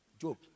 Job